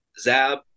zab